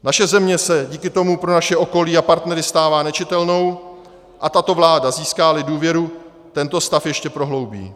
Naše země se díky tomu pro naše okolí a partnery stává nečitelnou a tato vláda, získáli důvěru, tento stav ještě prohloubí.